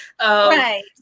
Right